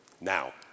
Now